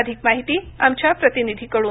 अधिक माहिती आमच्या प्रतिनिधीकडून